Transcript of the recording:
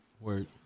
Word